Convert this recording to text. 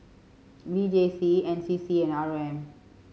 V J C N C C and R O M